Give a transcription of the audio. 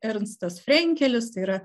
ernstas frenkelis yra